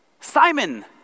Simon